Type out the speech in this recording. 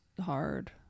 hard